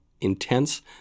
intense